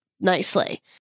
nicely